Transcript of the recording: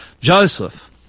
Joseph